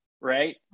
Right